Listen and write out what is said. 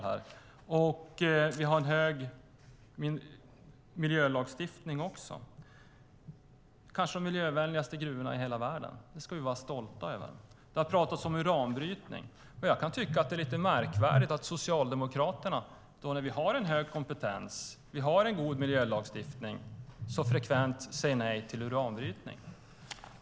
Vi har också en god miljölagstiftning, kanske de miljövänligaste gruvorna i hela världen. Det ska vi vara stolta över. Det har pratats om uranbrytning. Jag kan tycka att det är lite märkligt att Socialdemokraterna, när vi har en hög kompetens och vi har en god miljölagstiftning, så frekvent säger nej till uranbrytning.